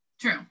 True